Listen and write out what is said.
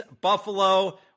Buffalo